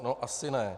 No asi ne.